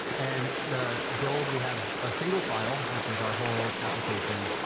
and the build we have, a single file which is our whole application,